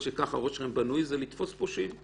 שככה הראש שלכם בנוי זה לתפוס פושעים.